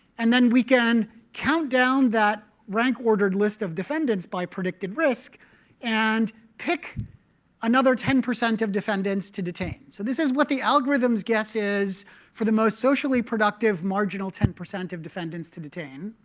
and then we can count down that rank-ordered list of defendants by predicted risk and pick another ten percent of defendants to detain. so this is what the algorithm's guess is for the most socially productive marginal ten percent of defendants to detain.